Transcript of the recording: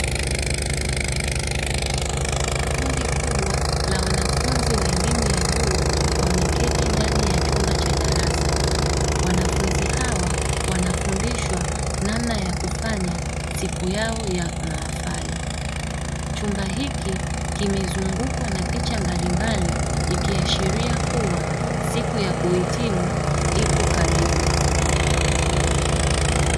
Kundi kubwa la wanafunzi wa elimu ya juu wameketi ndani ya chumba cha darasa. Wanafunzi hawa wanafundishwa namna ya kufanya siku yao ya mahafali. Chumba hiki kimezungukwa na picha mbalimbali ikiashiria kuwa siku ya kuhitimu ipo karibu.